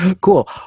cool